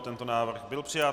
Tento návrh byl přijat.